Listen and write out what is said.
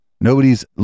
nobody's